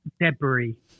Debris